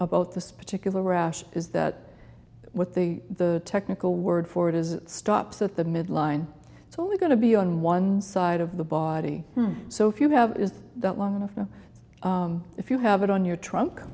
about this particular rash is that what they the technical word for it is stops at the midline it's only going to be on one side of the body so if you have is that long enough you know if you have it on your trunk